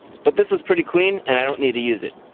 but this was pretty clean, and i don't need to use it.